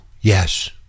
Yes